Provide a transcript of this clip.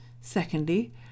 Secondly